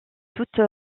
toute